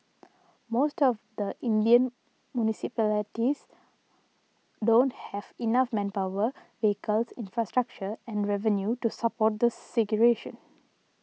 most of the Indian municipalities don't have enough manpower vehicles infrastructure and revenue to support the segregation